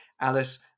Alice